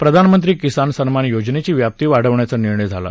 प्रधानमंत्री किसान सन्मान योजनेची व्याप्ती वाढवण्याचा निर्णय झाला